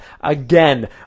again